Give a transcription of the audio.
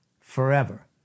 forever